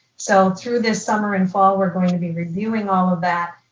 so through this summer and fall, we're going to be reviewing all of that,